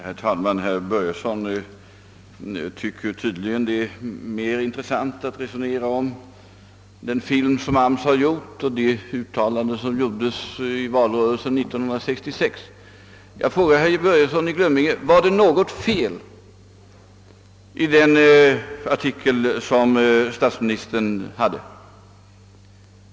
Herr talman! Herr Börjesson i Glömminge tycker tydligen att det är mera intressant att resonera om den av AMS inspelade filmen och om de uttalanden, som gjordes under 1966 års valrörelse. Jag frågar herr Börjesson i Glömminge: Var det något fel i statsministerns artikel?